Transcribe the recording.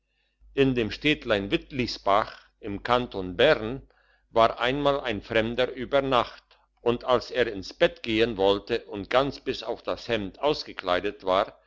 in dem städtlein witlisbach im kanton bern war einmal ein fremder über nacht und als er ins bett gehen wollte und ganz bis auf das hemd ausgekleidet war